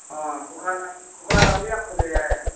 ꯑꯥ ꯈꯨꯒꯥ ꯗꯥꯝꯁꯨ ꯌꯥꯝ ꯐꯖꯩ ꯍꯥꯏꯌꯦ